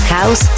house